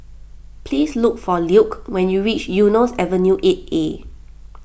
please look for Luke when you reach Eunos Avenue eight A